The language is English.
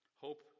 Hope